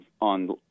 on